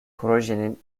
projenin